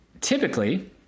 typically